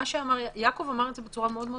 יעקב אמר את זה מפורשות